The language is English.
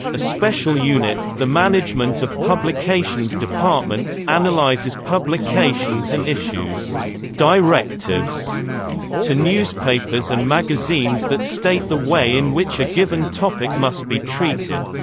a special unit, the management of publications department, analyzes publications and issues directives to newspapers and magazines that state the way in which a given topic must be treated.